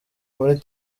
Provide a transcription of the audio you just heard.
muri